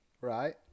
Right